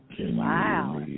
Wow